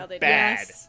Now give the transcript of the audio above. bad